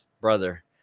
brother